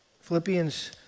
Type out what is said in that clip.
Philippians